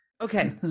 Okay